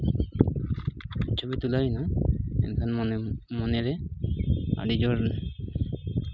ᱪᱷᱚᱵᱤ ᱛᱩᱞᱟᱹᱣᱮᱱᱟ ᱮᱱᱠᱷᱟᱱ ᱢᱚᱱᱮᱨᱮ ᱟᱹᱰᱤ ᱡᱳᱨ